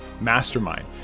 Mastermind